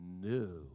No